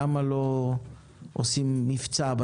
למה לא עושים מבצע?